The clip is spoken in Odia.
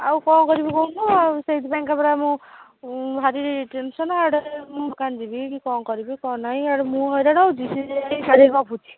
ଆଉ କ'ଣ କରିବି କହୁନୁ ଆଉ ସେଇଥି ପାଇଁ କା ପରା ମୁଁ ଭାରି ଟେନସନ୍ ଆଡ଼େ ମୁଁ କାନ୍ଦିବି କି କ'ଣ କରିବି କ'ଣ ନାଇଁ ଇଆଡ଼େ ମୁଁ ହଇରାଣ ହେଉଛି ସିଏ ଯାଇ ସିଆଡ଼େ ଗପୁଛି